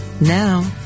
Now